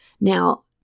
Now